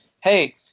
hey